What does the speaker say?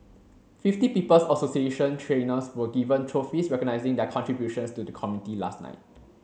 Fifty People's Association trainers were given trophies recognising their contributions to the community last night